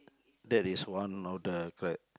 that is one of the